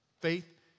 Faith